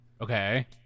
Okay